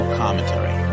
commentary